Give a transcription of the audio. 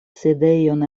sidejon